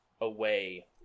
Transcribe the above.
away